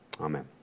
Amen